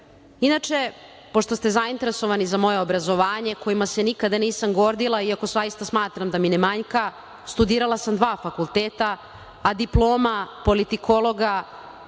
veruje. Inače, pošto ste zainteresovani za moje obrazovanje, kojim se nikad nisam gordila, i ako zaista smatram da mi ne manjka, studirala sam dva fakulteta, a diploma politikologa